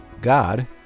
God